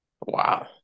Wow